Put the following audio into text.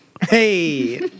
Hey